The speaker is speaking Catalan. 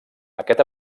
aquest